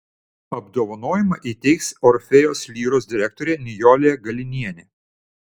apdovanojimą įteiks orfėjaus lyros direktorė nijolė galinienė